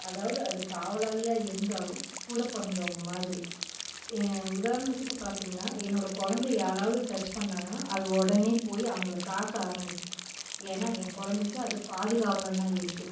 அதாவது அது காவலாளியாக இருந்தாலும் கூட பிறந்தவங்க மாதிரி உதாரணத்துக்கு பார்த்தீங்கன்னா என்னோடய கொழந்தைய யாராவது டச் பண்ணாங்கன்னால் அது உடனே போய் அவங்கள தாக்க ஆரம்பிக்கும் ஏன்னால் என் கொழந்தைக்கு அது பாதுகாவலனாக இருக்குது